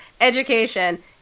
education